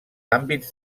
àmbits